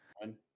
One